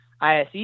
ISE